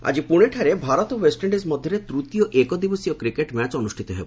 cricket ଆକି ପୁଣେଠାରେ ଭାରତ ଓ ୱେଷ୍ଟଇଣ୍ଡିକ୍ ମଧ୍ୟରେ ତୂତୀୟ ଏକଦିବସୀୟ କ୍ରିକେଟ୍ ମ୍ୟାଚ୍ ଅନୁଷ୍ଠିତ ହେବ